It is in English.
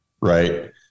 right